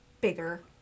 bigger